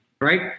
Right